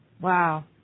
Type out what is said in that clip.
Wow